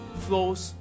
Flows